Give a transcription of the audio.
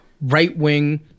right-wing